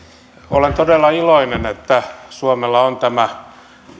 olen todella iloinen että suomella on tämä